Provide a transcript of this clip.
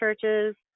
churches